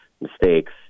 mistakes